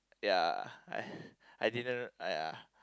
ya I I didn't !aiya!